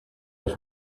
have